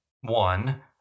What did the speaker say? One